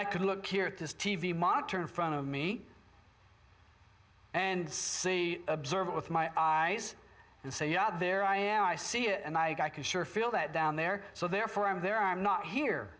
i could look here at this t v monitor in front of me and observe it with my eyes and say yeah there i am i see it and i can sure feel that down there so therefore i'm there i'm not here